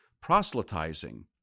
Proselytizing